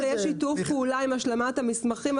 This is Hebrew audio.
ברגע שיש שיתוף פעולה עם השלמת המסמכים,